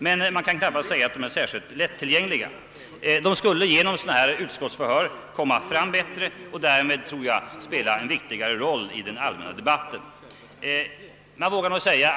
Men man kan knappast säga att de är särskilt lättillgängliga. De skulle genom utskottsförhör komma fram bättre och därmed spela en större roll i den allmänna debatten.